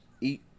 eat